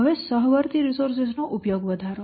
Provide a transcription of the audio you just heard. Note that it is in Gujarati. હવે સહવર્તી રીસોર્સેસ નો ઉપયોગ વધારો